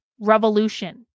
revolution